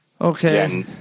Okay